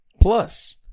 Plus